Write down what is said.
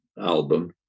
album